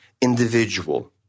individual